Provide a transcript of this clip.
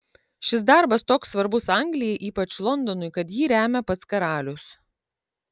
šis darbas toks svarbus anglijai ypač londonui kad jį remia pats karalius